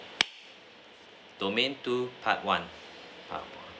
domain two part one part one